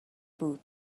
بود